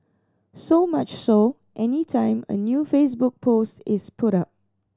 so much so any time a new Facebook post is put up